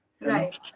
Right